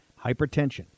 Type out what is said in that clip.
Hypertension